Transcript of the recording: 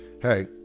Hey